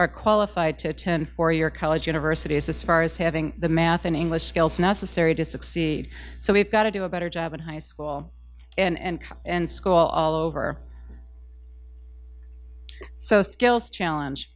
are qualified to attend four year college universities as far as having the math and english skills necessary to succeed so we've got to do a better job in high school and and school all over so skills challenge